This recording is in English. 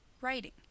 writing